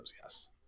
Yes